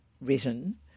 written